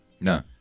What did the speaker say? No